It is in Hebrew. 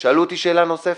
שאלו אותי שאלה נוספת,